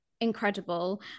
incredible